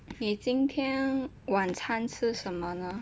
你今天晚餐吃什么呢